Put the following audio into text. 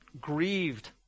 grieved